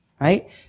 right